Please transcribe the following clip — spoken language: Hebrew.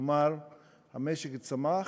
כלומר המשק צמח,